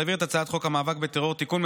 להעביר את הצעת חוק המאבק בטרור (תיקון,